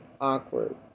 awkward